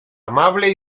amable